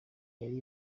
yari